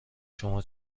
شما